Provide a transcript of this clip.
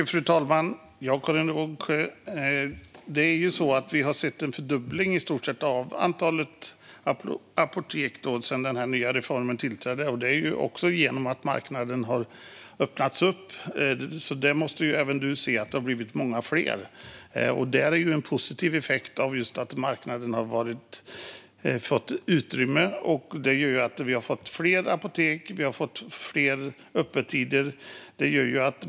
Fru talman! Vi har sett en fördubbling, Karin Rågsjö, av antalet apotek sedan den nya reformen trädde i kraft. Det är tack vare att marknaden har öppnats. Även du måste se att det har blivit många fler apotek, och det är en positiv effekt av att marknaden har fått utrymme. Det har blivit fler apotek och längre öppettider.